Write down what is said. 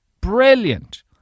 Brilliant